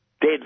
dead